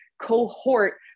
cohort